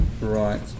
Right